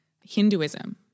Hinduism